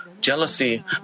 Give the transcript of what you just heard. jealousy